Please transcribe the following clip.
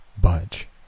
budge